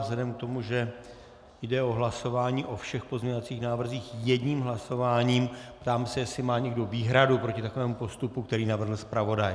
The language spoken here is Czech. Vzhledem k tomu, že jde o hlasování o všech pozměňovacích návrzích jedním hlasováním, ptám se, jestli má někdo výhradu proti takovému postupu, který navrhl zpravodaj.